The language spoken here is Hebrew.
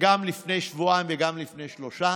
וגם לפני שבועיים וגם לפני שלושה.